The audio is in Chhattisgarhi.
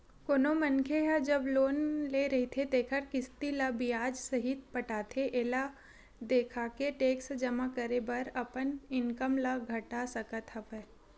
कोनो मनखे ह जब लोन ले रहिथे तेखर किस्ती ल बियाज सहित पटाथे एला देखाके टेक्स जमा करे बर अपन इनकम ल घटा सकत हवय